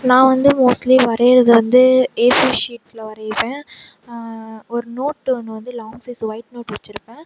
நான் வந்து மோஸ்ட்லி வரையிரது வந்து ஏ ஃபோர் ஷீட்டில் வரையிவேன் ஒரு நோட்டு ஒன்று வந்து லாங் சைஸ் ஒயிட் நோட் வச்சிருப்பேன்